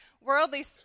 worldly